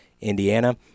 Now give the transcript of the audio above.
Indiana